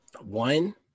One